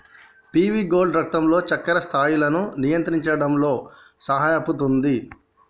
PV gourd రక్తంలో చక్కెర స్థాయిలను నియంత్రించడంలో సహాయపుతుంది